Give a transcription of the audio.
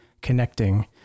connecting